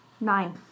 nine